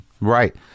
Right